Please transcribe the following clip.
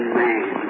man